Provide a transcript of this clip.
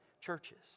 churches